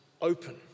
open